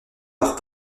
leurs